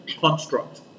construct